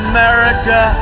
America